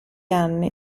anni